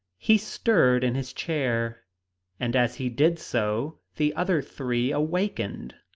he stirred in his chair and as he did so, the other three awakened.